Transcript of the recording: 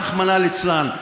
רחמנא ליצלן.